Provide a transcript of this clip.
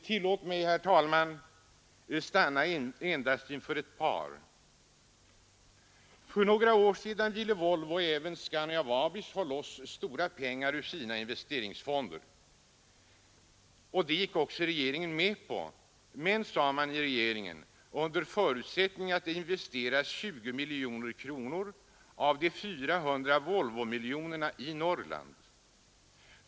Tillåt mig, herr talman, stanna endast inför ett par. För några år sedan ville Volvo, och även Scania-Vabis, ha loss stora pengar ur sina investeringsfonder. Det gick också regeringen med på under förutsättning att det investerades 20 miljoner kronor av de 400 Volvomiljonerna i Norrland.